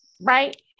Right